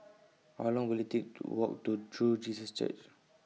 How Long Will IT Take to Walk to True Jesus Church